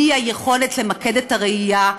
אי-יכולת למקד את הראייה.